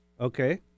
Okay